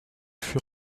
fut